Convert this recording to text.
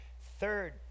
Third